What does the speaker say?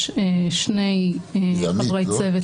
יש שני חברי צוות